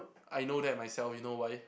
I know that myself you know why